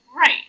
Right